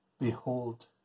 Behold